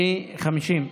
עם אלי, 50,